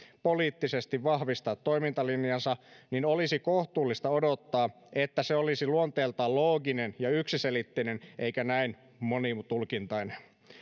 poliittisesti vahvistaa toimintalinjansa olisi kohtuullista odottaa että se olisi luonteeltaan looginen ja yksiselitteinen eikä näin monitulkintainen